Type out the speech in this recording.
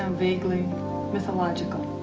um vaguely mythological.